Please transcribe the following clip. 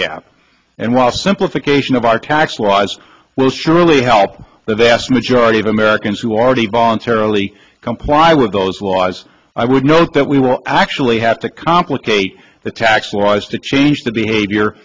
gap and while simplification of our tax laws will surely help the vast majority of americans who already voluntarily comply with those laws i would note that we will actually have to complicate the tax laws to change the behavior